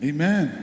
Amen